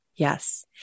Yes